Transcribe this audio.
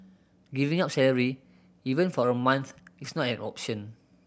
giving up salary even for a month is not an option